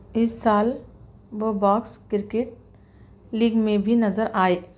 اس سال وہ box cricket league میں بھی نظر آئے